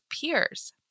peers